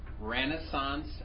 Renaissance